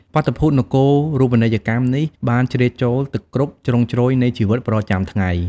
បាតុភូតនគរូបនីយកម្មនេះ បានជ្រៀតចូលទៅគ្រប់ជ្រុងជ្រោយនៃជីវិតប្រចាំថ្ងៃ។